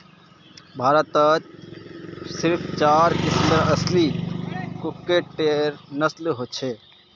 भारतत सिर्फ चार किस्मेर असली कुक्कटेर नस्ल हछेक